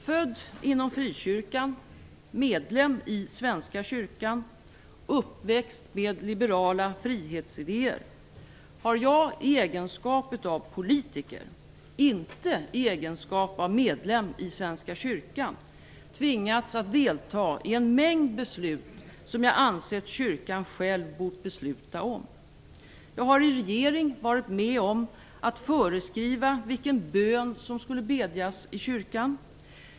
Född inom frikyrkan, medlem i Svenska kyrkan och uppväxt med liberala frihetsidéer har jag i egenskap av politiker - inte i egenskap av medlem i Svenska kyrkan - tvingats att delta i en mängd beslut som jag har ansett att kyrkan själv borde ha beslutat om. Jag har i regering varit med om att föreskriva vilken bön som skulle bedjas i kyrkan.